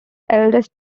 eldest